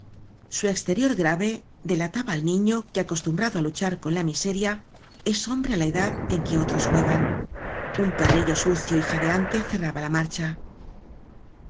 su exterior grave delataba al niño que acostum brado á luchar con la miseria es hombre á la edad en que otros juegan un perrillo sucio y jadeante cerraba la marcha